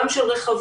גם של רכבים,